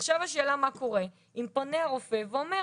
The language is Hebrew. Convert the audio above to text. עכשיו השאלה מה קורה אם פונה רופא ואומר